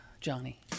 Johnny